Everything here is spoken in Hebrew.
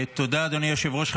תודה, אדוני היושב-ראש.